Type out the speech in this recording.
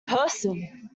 person